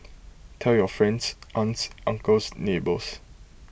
tell your friends aunts uncles neighbours